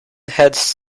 heads